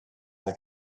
that